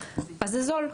אז זה זול.